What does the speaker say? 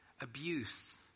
abuse